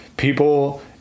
people